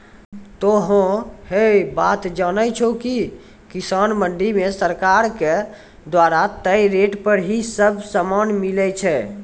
तोहों है बात जानै छो कि किसान मंडी मॅ सरकार के द्वारा तय रेट पर ही सब सामान मिलै छै